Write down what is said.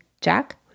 jack